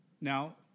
Now